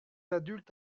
adultes